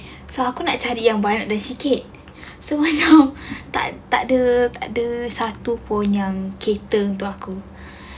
so aku nak cari yang banyak dan sikit so right now tak takde takde satu pun yang cipta untuk aku